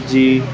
جی